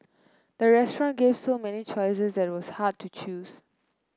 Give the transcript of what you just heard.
the restaurant gave so many choices that was hard to choose